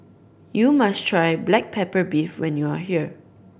you must try black pepper beef when you are here